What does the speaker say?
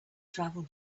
travel